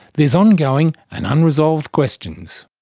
there's on-going and unresolved questions.